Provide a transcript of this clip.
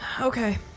Okay